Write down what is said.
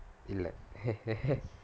he like